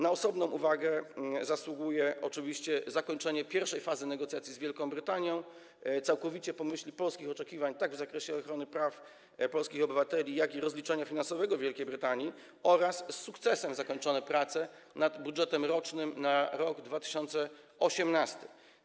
Na osobną uwagę zasługuje oczywiście zakończenie pierwszej fazy negocjacji z Wielką Brytanią całkowicie po myśli polskich oczekiwań tak w zakresie ochrony praw polskich obywateli, jak i rozliczenia finansowego Wielkiej Brytanii oraz sukcesem zakończone prace nad budżetem rocznym na rok 2018.